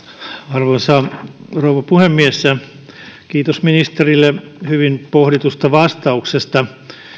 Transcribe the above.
arvoisa rouva puhemies kiitos ministerille hyvin pohditusta vastauksesta